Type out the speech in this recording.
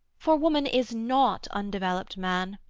for woman is not undevelopt man,